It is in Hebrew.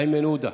איימן עודה.